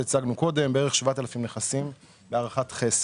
בערך 7,000 נכסים בהערכת חסר.